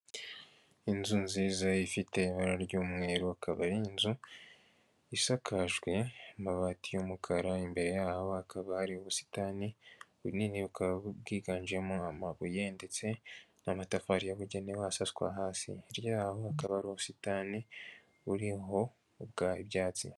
Inzu nziza ifite ibara ry'umweru akaba ari inzu isakajwe amabati y'umukara imbere yaho hakaba hari ubusitani bunini bukaba bwiganjemo amabuye ndetse n'amatafari yabugenewe asaswa hasi yaho hakaba hari ubusitani buriho ibyatsi.